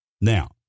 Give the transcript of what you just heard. Now